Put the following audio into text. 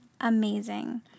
Amazing